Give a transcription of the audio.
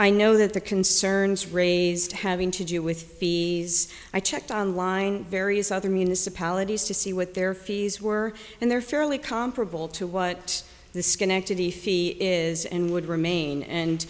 i know that the concerns raised having to do with the i checked on line various other municipalities to see what their fees were and they're fairly comparable to what the schenectady fee is and would remain